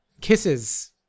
kisses